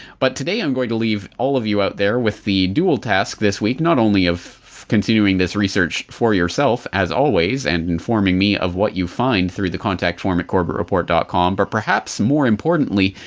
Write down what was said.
but today i'm going to leave all of you out there with the dual task this week, not only of continuing this research for yourself as always and informing me of what you find through the contact forum at corbettreport com, but perhaps more importantly,